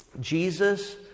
Jesus